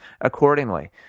accordingly